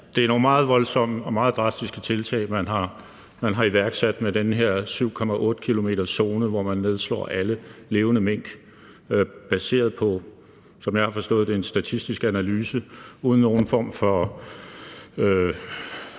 det er nogle meget voldsomme og meget drastiske tiltag, man har iværksat, med den her 7,8-kilometerzone, hvor man nedslår alle levende mink, baseret på, som jeg har forstået det, en statistisk analyse uden nogen form for